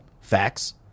Facts